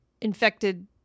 infected